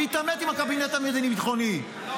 להתעמת עם הקבינט המדיני ביטחוני,